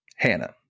Hannah